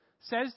says